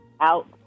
out